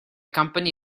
company